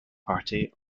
party